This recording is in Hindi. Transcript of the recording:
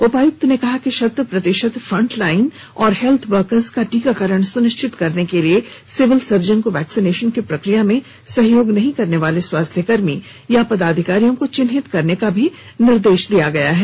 उपायुक्त ने कहा कि शत प्रतिशत फ्रंटलाइन और हेल्थ वर्कर्स का टीकाकरण सुनिश्चित करने के लिए सिविल सर्जन को वैक्सीनेशन की प्रक्रिया में सहयोग नहीं करने वाले स्वास्थ्य कर्मी या पदाधिकारियों को चिन्हित करने का निर्देश दिया है